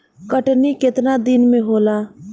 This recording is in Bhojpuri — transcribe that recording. कटनी केतना दिन में होला?